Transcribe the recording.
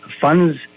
funds